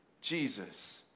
Jesus